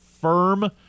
firm